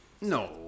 No